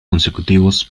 consecutivos